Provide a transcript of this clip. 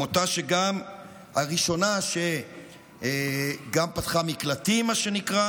עמותה ראשונה שגם פתחה מה שנקרא